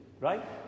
right